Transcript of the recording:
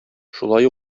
шулай